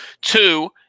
two